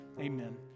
Amen